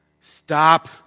Stop